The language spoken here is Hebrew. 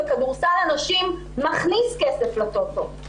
כדורסל הנשים מכניס כסף לטוטו,